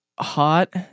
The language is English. hot